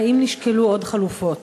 והאם נשקלו עוד חלופות?